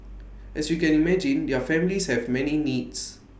as you can imagine their families have many needs